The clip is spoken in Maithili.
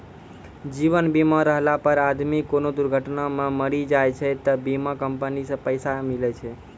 जीवन बीमा रहला पर आदमी कोनो दुर्घटना मे मरी जाय छै त बीमा कम्पनी से पैसा मिले छै